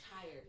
tired